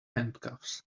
handcuffs